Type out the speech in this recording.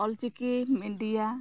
Ol Chiki media